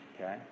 Okay